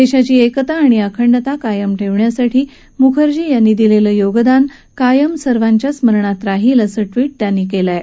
देशाची एकता आणि अखंडता कायम ठेवण्यासाठी मुखर्जी यांनी दिलेलं योगदान कायम सर्वांच्या स्मरणात राहील असं ट्वीट त्यांनी केलं आहे